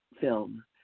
film